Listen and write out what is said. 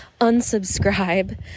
unsubscribe